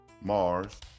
Mars